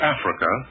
Africa